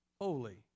holy